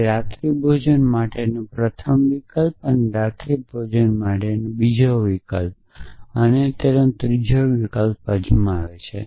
તે રાત્રિભોજન માટેનો પ્રથમ વિકલ્પ અને રાત્રિભોજન માટેનો બીજો વિકલ્પ અને રાત્રિભોજન માટેનો ત્રીજો વિકલ્પ અજમાવે છે